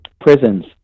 prisons